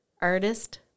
artist